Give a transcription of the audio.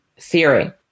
theory